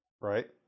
right